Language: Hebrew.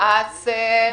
אז שם